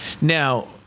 now